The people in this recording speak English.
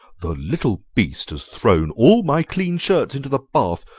the little beast has thrown all my clean shirts into the bath!